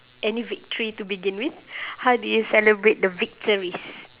any victory to begin with how do you celebrate the victories